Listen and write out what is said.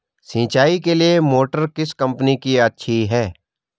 सिंचाई के लिए मोटर किस कंपनी की अच्छी है?